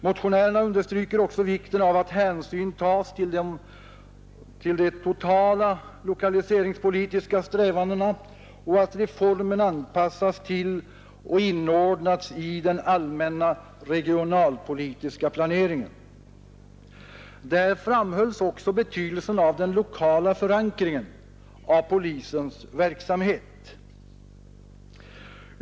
Motionärerna understryker också vikten av att hänsyn tas till de totala lokaliseringspolitiska strävandena och att reformen anpassas till och inordnas i den allmänna regionalpolitiska planeringen. Där framhölls också betydelsen av den lokala förankringen av polisens verksamhet.